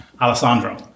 Alessandro